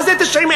מה זה 90,000,